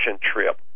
trip